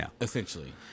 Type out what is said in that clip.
Essentially